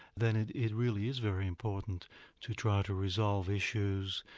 then it it really is very important to try to resolve issues,